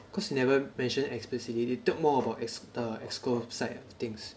cause they never mention explicitly they talk more about ex~ the EXCO side of things